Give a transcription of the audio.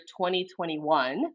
2021